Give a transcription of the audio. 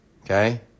Okay